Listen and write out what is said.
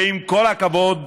ועם כל הכבוד,